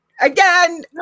Again